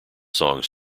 songs